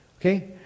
okay